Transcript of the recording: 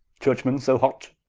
church-men so hot?